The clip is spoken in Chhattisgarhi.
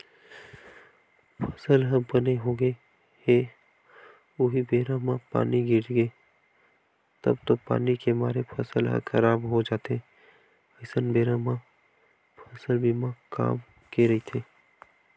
फसल ह बने होगे हे उहीं बेरा म पानी गिरगे तब तो पानी के मारे फसल ह खराब हो जाथे अइसन बेरा म फसल बीमा काम के रहिथे